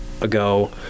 ago